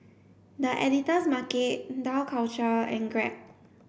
the Editor's Market Dough Culture and Grab